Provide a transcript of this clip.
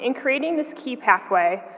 and creating this key pathway,